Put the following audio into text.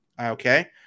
Okay